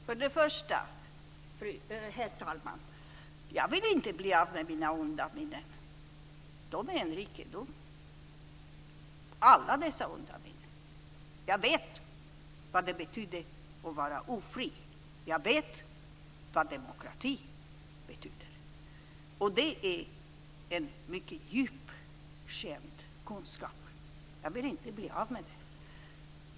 Herr talman! För det första: Jag vill inte bli av med mina onda minnen. Alla dessa onda minnen är en rikedom. Jag vet vad det betyder att vara ofri. Jag vet vad demokrati betyder. Det är en mycket djupt känd kunskap. Jag vill inte bli av med den.